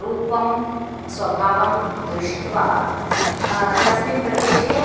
रूपं स्वभावं दृष्ट्वा तस्मिन् प्रदेशे